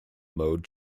mode